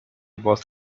boss